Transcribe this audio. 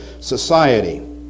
society